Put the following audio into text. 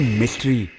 mystery